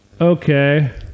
okay